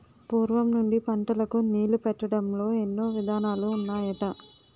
పూర్వం నుండి పంటలకు నీళ్ళు పెట్టడంలో ఎన్నో విధానాలు ఉన్నాయట